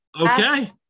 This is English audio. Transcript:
Okay